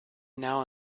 now